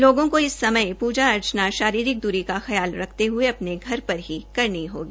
लोगों को इस समय पूजा अर्चना शारीरिक दूरी का ख्याल रखते अपने घर पर ही करनी होगी